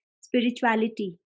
spirituality